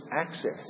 access